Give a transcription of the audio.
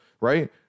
right